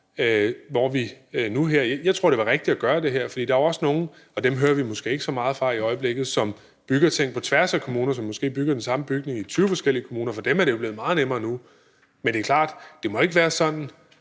krav. Jeg tror, det var rigtigt at gøre det her, for der er også nogle – og dem hører vi måske ikke så meget fra i øjeblikket – som bygger ting på tværs af kommuner, som måske bygger den samme bygning i 20 forskellige kommuner. For dem er det jo blevet meget nemmere nu. Men det er klart, at det ikke må være sådan,